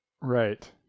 Right